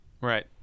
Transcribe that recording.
Right